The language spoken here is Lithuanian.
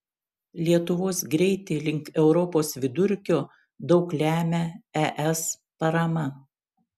lietuvos greitį link europos vidurkio daug lemia es parama